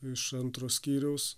iš antro skyriaus